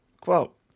Quote